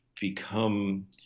become